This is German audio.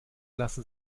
lassen